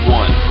one